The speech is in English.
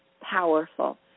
powerful